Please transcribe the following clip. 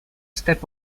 step